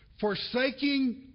Forsaking